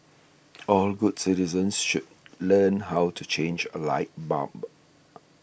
all good citizens should learn how to change a light bulb